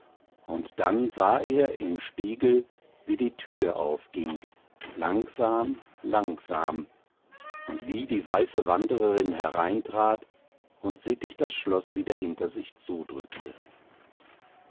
und dann sah er im spiegel wie die tür aufging langsam langsam und wie die weiße wandrerin hereintrat und sittig das schloß wieder hinter sich zudrückte